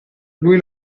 lui